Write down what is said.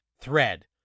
thread